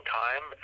time